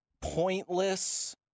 pointless